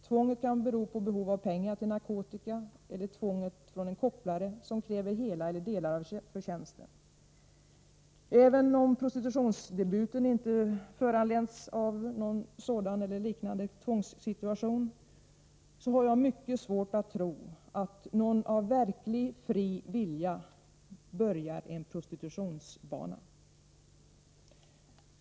Tvånget kan bero på behov av pengar till narkotika eller härröra från en kopplare som kräver hela eller delar av förtjänsten. Även om prostitutionsdebuten inte föranletts av någon sådan eller liknande tvångssituation, har jag mycket svårt att tro att någon av verklig fri vilja börjar en prostitutionsbana.